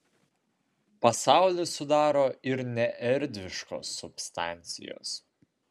pasaulį sudaro ir neerdviškos substancijos